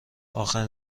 اخرین